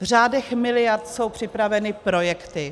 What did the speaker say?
V řádech miliard jsou připraveny projekty.